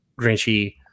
Grinchy